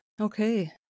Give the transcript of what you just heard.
Okay